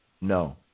No